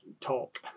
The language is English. talk